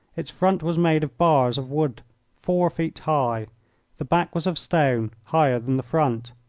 its front was made of bars of wood four feet high the back was of stone, higher than the front.